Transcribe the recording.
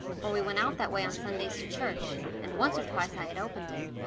for we went out that way on sundays to church, and once or twice i had opened it.